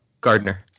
Gardner